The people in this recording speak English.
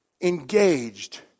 engaged